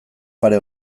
pare